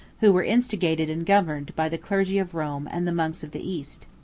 who were instigated and governed by the clergy of rome and the monks of the east.